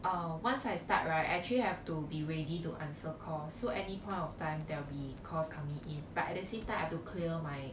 uh once I start right actually have to be ready to answer call so any point of time they'll be calls coming in but at the same time I have to clear my